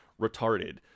retarded